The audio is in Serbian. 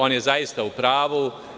On je zaista u pravu.